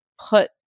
put